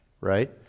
right